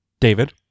David